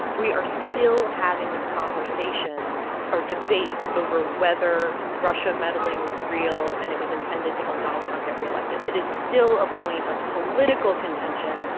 we are still having this conversation or debate over whether russia meddling was real and it was intended to help donald trump get reelected. it is still a point of political contention,